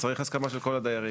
צריך הסכמה של כל הדיירים,